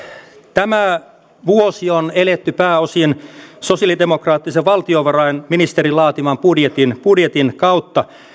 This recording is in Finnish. tämä vuosi on eletty pääosin sosialidemokraattisen valtiovarainministerin laatiman budjetin budjetin kautta